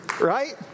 Right